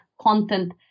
content